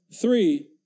Three